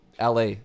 la